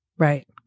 Right